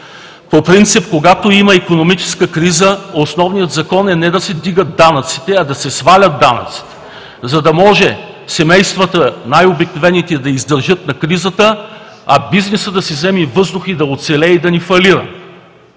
По принцип, когато има икономическа криза, основният закон е не да се вдигат данъците, а да се свалят, за да може най-обикновените семейства да издържат на кризата, а бизнесът да си вземе въздух, да оцелее и да не фалира.